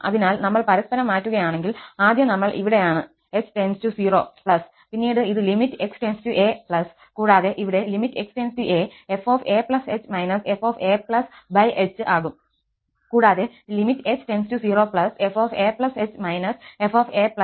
അതിനാൽ നമ്മൾ പരസ്പരം മാറ്റുകയാണെങ്കിൽ ആദ്യം നമ്മൾ ഇവിടെയാണ് h → 0 പിന്നീട് ഇത് limit x → a കൂടാതെ ഇവിടെ limit x → a fah fah ആകും കൂടാതെ h0fah fahea യിലെ f ന്റെ വലതു ഡെറിവേറ്റീവ് ആണ്